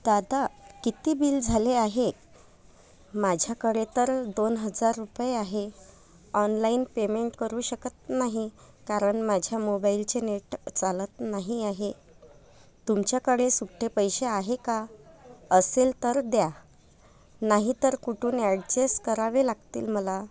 दादा किती बिल झाले आहे माझ्याकडे तर दोन हजार रुपये आहे ऑनलाइन पेमेंट करू शकत नाही कारण माझ्या मोबाईलचे नेट चालत नाही आहे तुमच्याकडे सुट्टे पैसे आहे का असेल तर द्या नाहीतर कुठून ॲडजेस्ट करावे लागतील मला